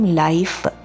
life